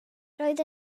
roedd